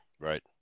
Right